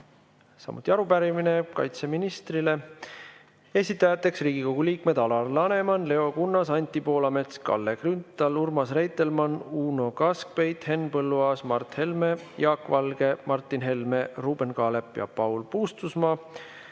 samuti arupärimine kaitseministrile. Esitasid selle Riigikogu liikmed Alar Laneman, Leo Kunnas, Anti Poolamets, Kalle Grünthal, Urmas Reitelmann, Uno Kaskpeit, Henn Põlluaas, Mart Helme, Jaak Valge, Martin Helme, Ruuben Kaalep ja Paul Puustusmaa